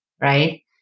right